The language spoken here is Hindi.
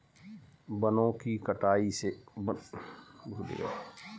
वनों की कटाई ने दुनिया भर के परिदृश्य को बहुत बदल दिया है